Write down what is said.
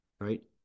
right